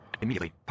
immediately